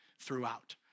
throughout